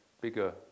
bigger